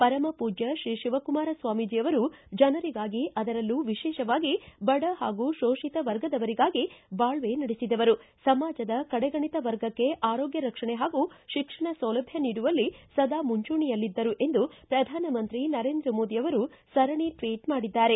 ಪರಮಪೂಜ್ಯ ಶ್ರೀ ಶಿವಕುಮಾರ ಸ್ವಾಮೀಜಿ ಅವರು ಜನರಿಗಾಗಿ ಅದರಲ್ಲೂ ವಿಶೇಷವಾಗಿ ಬಡ ಹಾಗೂ ಶೋಷಿತ ವರ್ಗದವರಿಗಾಗಿ ಬಾಕ್ವೆ ನಡೆಸಿದವರು ಸಮಾಜದ ಕಡೆಗಣಿತ ವರ್ಗಕ್ಕೆ ಆರೋಗ್ಯ ರಕ್ಷಣೆ ಹಾಗೂ ಶಿಕ್ಷಣ ಸೌಲಭ್ಯ ನೀಡುವಲ್ಲಿ ಸದಾ ಮುಂಚೂಣಿಯಲ್ಲಿದ್ದರು ಎಂದು ಪ್ರಧಾನಮಂತ್ರಿ ನರೇಂದ್ರ ಮೋದಿಯವರು ಸರಣಿ ಟ್ವಿಟ್ ಮಾಡಿದ್ದಾರೆ